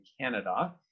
Canada